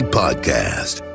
podcast